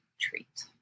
treat